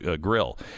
grill